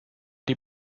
die